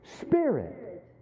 spirit